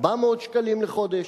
400 שקלים לחודש,